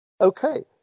Okay